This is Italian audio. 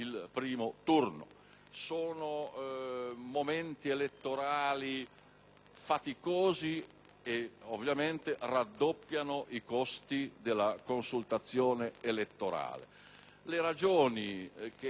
faticosi ed ovviamente raddoppiano i costi della consultazione elettorale. Le stesse ragioni che hanno dogmaticamente sorretto l'esigenza